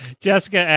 Jessica